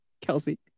Kelsey